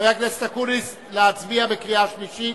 חבר הכנסת אקוניס, להצביע בקריאה שלישית?